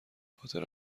پاتر